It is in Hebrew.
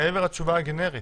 מעבר לתשובה הגנרית.